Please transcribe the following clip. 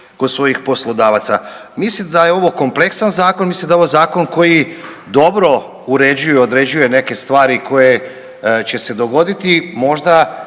kod svojih poslodavaca. Mislim da je ovo kompleksan zakon, mislim da je ovo zakon koji dobro uređuje i određuje neke stvari koje će se dogoditi. Možda